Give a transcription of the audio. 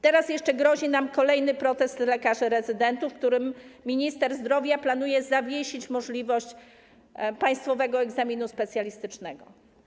Teraz jeszcze grozi nam kolejny protest lekarzy rezydentów, którym minister zdrowia planuje zawiesić możliwość zdawania państwowego egzaminu specjalistycznego.